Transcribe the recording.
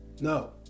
No